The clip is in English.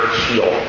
heal